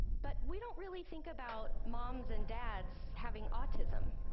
but we don't really think about moms and dads having autism,